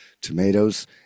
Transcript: tomatoes